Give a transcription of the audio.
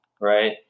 right